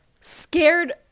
Scared